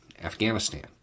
Afghanistan